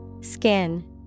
Skin